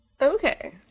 Okay